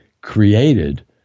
created